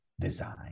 design